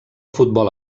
futbol